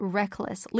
reckless